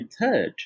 third